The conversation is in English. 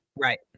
Right